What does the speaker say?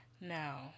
Now